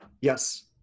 Yes